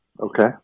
okay